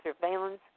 surveillance